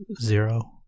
zero